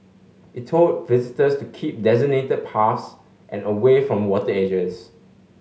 it told visitors to keep designated paths and away from water edges